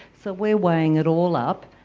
so we're weighing it all up,